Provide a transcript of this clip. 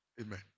Amen